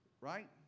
Right